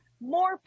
more